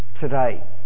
today